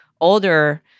older